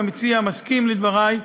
אם המציע מסכים לדברי,